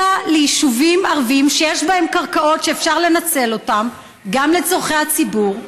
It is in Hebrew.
אלא ליישובים ערביים שיש בהם קרקעות שאפשר לנצל אותן גם לצורכי הציבור,